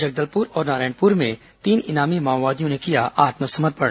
जगदलपुर और नारायणपुर में तीन इनामी माओवादियों ने किया आत्मसमर्पण